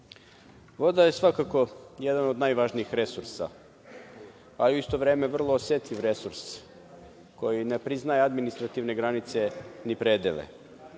je svakako jedan od najvažnijih resursa, a i u isto vreme vrlo osetljiv resurs koji ne priznaje administrativne granice, ni predele.